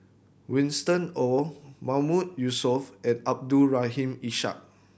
Winston Oh Mahmood Yusof and Abdul Rahim Ishak